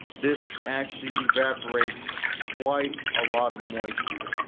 this actually evaporates quite a lot of moisture.